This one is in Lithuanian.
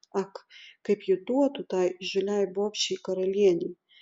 ak kaip ji duotų tai įžūliai bobšei karalienei